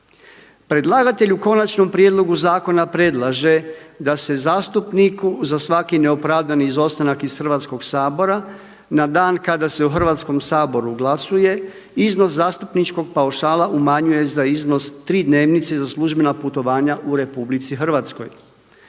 Predlagatelj u konačnom prijedlogu zakona predlaže da se zastupniku za svaki neopravdani izostanak iz Hrvatskog sabora na dan kada se u Hrvatskom saboru glasuje iznos zastupničkog paušala umanjuje za iznos tri dnevnice za službena putovanja u RH. Takvom